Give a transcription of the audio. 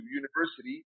university